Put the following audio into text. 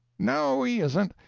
no, he isn't.